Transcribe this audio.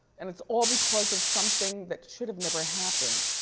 and it's all because of something that should have never happened.